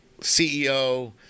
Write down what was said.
CEO